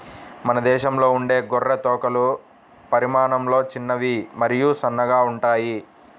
మన దేశంలో ఉండే గొర్రె తోకలు పరిమాణంలో చిన్నవి మరియు సన్నగా ఉంటాయి